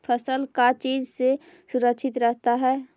फसल का चीज से सुरक्षित रहता है?